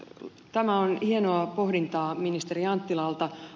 tämä on hienoa pohdintaa ministeri anttilalta